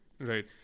Right